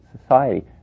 society